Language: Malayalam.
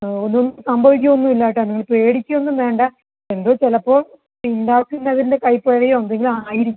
ഒന്നും സംഭവിക്ക ഒന്നും ഇല്ല കേട്ടോ നിങ്ങൾ പേടിക്കുക ഒന്നും വേണ്ട എന്തോ ചിലപ്പോൾ ഉണ്ടാക്കുന്നതിൻ്റെ കൈപ്പിഴയോ എന്തെങ്കിലും ആയിരിക്കും